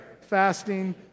fasting